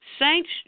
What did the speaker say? Saints